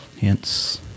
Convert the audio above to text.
hence